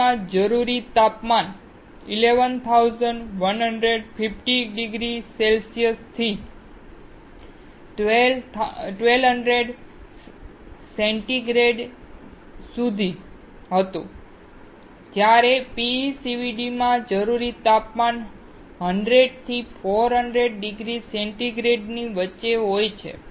LPCVDમાં જરૂરી તાપમાન 1150 ડિગ્રી સેન્ટીગ્રેડથી 1200 ડિગ્રી સેન્ટીગ્રેડ હતું જ્યારે PECVDમાં જરૂરી તાપમાન 100 થી 400 ડિગ્રી સેન્ટીગ્રેડની વચ્ચે હોય છે